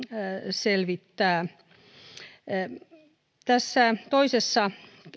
selvittää tässä toisessa